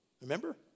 Remember